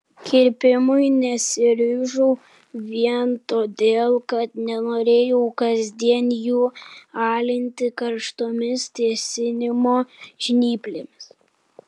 kirpimui nesiryžau vien todėl kad nenorėjau kasdien jų alinti karštomis tiesinimo žnyplėmis